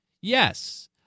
Yes